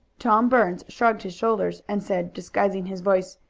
tom burns shrugged his shoulders, and said, disguising his voice,